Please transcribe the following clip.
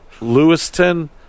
lewiston